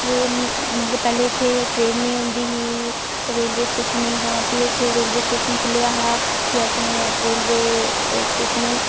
मतलब पैह्लें इत्थें ट्रेन निं औंदी ही ते रेलवे स्टेशन निं हा ते भी इत्थें रेलवे स्टेशन खु'ल्लेआ हा ते प्ही असें रेलवे स्टेशन गी